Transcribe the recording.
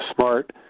smart